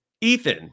Ethan